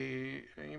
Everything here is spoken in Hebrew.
מה